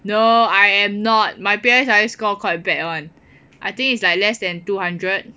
no I am not my P_S_L_E score quite bad [one] I think it's like less than two hundred